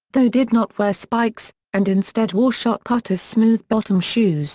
though did not wear spikes, and instead wore shot putters smooth bottom shoes.